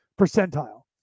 percentile